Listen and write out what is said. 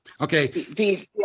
Okay